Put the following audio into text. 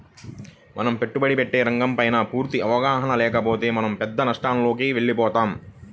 మనం పెట్టుబడి పెట్టే రంగంపైన పూర్తి అవగాహన లేకపోతే మనం పెద్ద నష్టాలలోకి వెళతాం